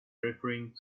referring